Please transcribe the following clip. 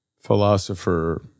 philosopher